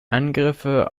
angriffe